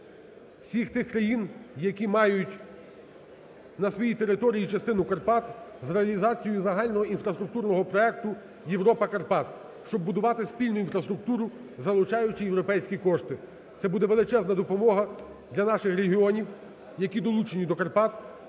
всіх тих країн, які мають на своїй території частину Карпат, з реалізацією загального інфраструктурного проекту "Європа Карпат", щоб будувати спільну інфраструктуру, залучаючи європейські кошти. Це буде величезна допомога для наших регіонів, які долучені до Карпат,